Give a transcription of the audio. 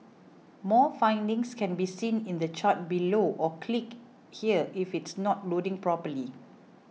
more findings can be seen in the chart below or click here if it's not loading properly